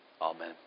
Amen